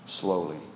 Slowly